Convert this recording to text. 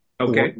Okay